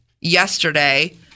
yesterday